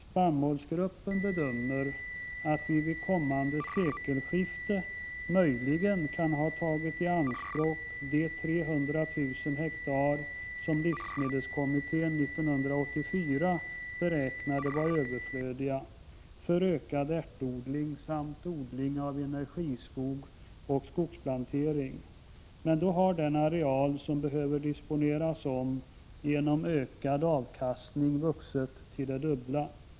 Spannmålsgruppen bedömer att vi vid kommande sekelskifte möjligen kan ha tagit i anspråk de 300 000 ha som livsmedelskommittén 1984 beräknade vara överflödiga för ökad ärtodling samt odling av energiskog och skogsplantering. Men då har den areal som behöver disponeras om genom ökad avkastning vuxit till det dubbla.